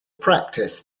practice